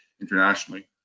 internationally